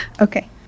Okay